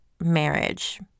marriage